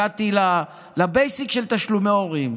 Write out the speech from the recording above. הגעתי לבייסיק של תשלומי הורים.